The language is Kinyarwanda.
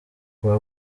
kwa